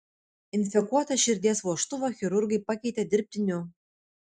infekuotą širdies vožtuvą chirurgai pakeitė dirbtiniu